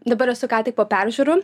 dabar esu ką tik po peržiūrų